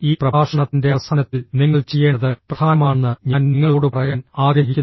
ഈ പ്രഭാഷണത്തിന്റെ അവസാനത്തിൽ നിങ്ങൾ ചെയ്യേണ്ടത് പ്രധാനമാണെന്ന് ഞാൻ നിങ്ങളോട് പറയാൻ ആഗ്രഹിക്കുന്നു